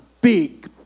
big